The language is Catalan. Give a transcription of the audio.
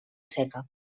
seca